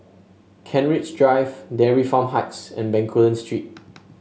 Kent Ridge Drive Dairy Farm Heights and Bencoolen Street